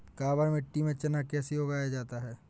काबर मिट्टी में चना कैसे उगाया जाता है?